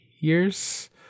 years